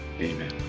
amen